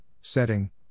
setting